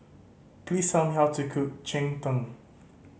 please tell me how to cook cheng tng